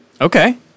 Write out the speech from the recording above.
Okay